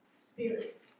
Spirit